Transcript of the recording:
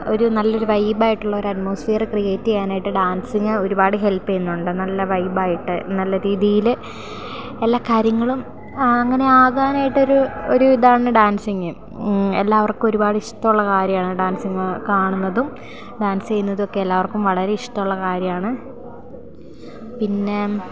ഒരു നല്ലൊരു വൈബായിട്ടുള്ള ഒരു അറ്റ്മോസ്ഫിയർ ക്രിയേറ്റ് ചെയ്യാനായിട്ട് ഡാൻസിങ്ങ് ഒരുപാട് ഹെൽപ്പ് ചെയ്യുന്നുണ്ട് നല്ല വൈബായിട്ട് നല്ല രീതിയിൽ എല്ലാ കാര്യങ്ങളും അങ്ങനെ ആകാനായിട്ടൊരു ഒരു ഇതാണ് ഡാൻസിങ്ങ് എല്ലാവർക്കും ഒരുപാട് ഇഷ്ടമുള്ള കാര്യമാണ് ഡാൻസിങ്ങ് കാണുന്നതും ഡാൻസ് ചെയ്യുന്നതൊക്കെ എല്ലാവർക്കും വളരെ ഇഷ്ടമുള്ള കാര്യമാണ് പിന്നെ